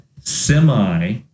semi